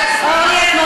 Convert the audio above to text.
את זה?